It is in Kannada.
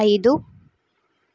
ಐದು